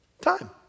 Time